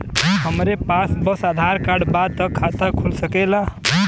हमरे पास बस आधार कार्ड बा त खाता खुल सकेला?